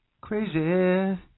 Crazy